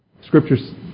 Scriptures